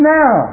now